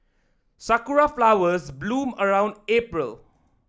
sakura flowers bloom around April